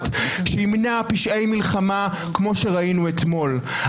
שימנע פשעי מלחמה כפי שראינו אתמול.